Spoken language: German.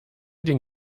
den